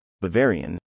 Bavarian